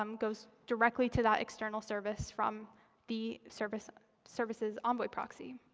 um goes directly to that external service from the services services envoy proxy.